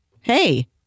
hey